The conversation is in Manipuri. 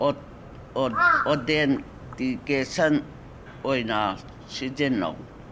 ꯑꯣꯗꯗꯦꯟꯇꯤꯀꯦꯁꯟ ꯑꯣꯏꯅ ꯁꯤꯖꯤꯟꯅꯧ